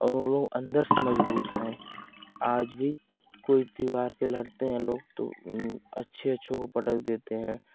और वो लोग अंदर से मजबूत हैं आज भी कोई त्योहार पर लड़ते हैं लोग तो अच्छे अच्छों को पटक देते हैं